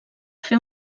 fer